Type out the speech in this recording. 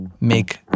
make